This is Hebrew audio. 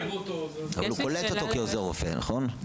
אבל הוא קולט אותו כעוזר רופא, נכון?